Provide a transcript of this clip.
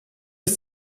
des